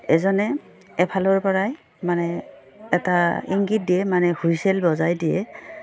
এজনে এফালৰ পৰাই মানে এটা ইংগিত দিয়ে মানে হুইছেল বজাই দিয়ে